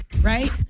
right